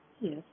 yes